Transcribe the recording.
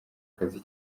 akazi